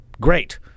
great